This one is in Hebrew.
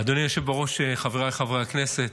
אדוני היושב בראש, חבריי חברי הכנסת,